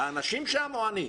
האנשים שם או אנחנו